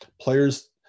Players